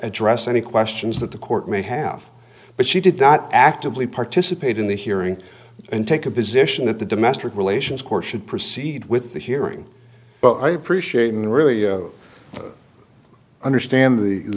address any questions that the court may have but she did not actively participate in the hearing and take a position that the domestic relations court should proceed with the hearing but i appreciate and really understand the